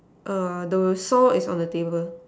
err the saw is on the table